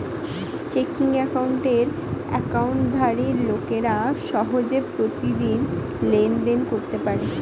checking অ্যাকাউন্টের অ্যাকাউন্টধারী লোকেরা সহজে প্রতিদিন লেনদেন করতে পারে